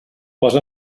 posa